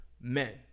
Men